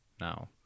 now